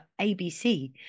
abc